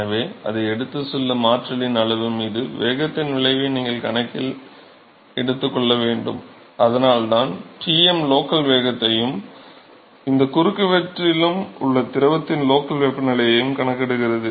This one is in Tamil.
எனவே எடுத்துச் செல்லும் ஆற்றலின் அளவு மீது வேகத்தின் விளைவை நீங்கள் கணக்கில் எடுத்துக்கொள்ள வேண்டும் அதனால்தான் Tm லோக்கல் வேகத்தையும் எந்த குறுக்குவெட்டிலும் உள்ள திரவத்தின் லோக்கல் வெப்பநிலையையும் கணக்கிடுகிறது